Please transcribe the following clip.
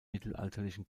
mittelalterlichen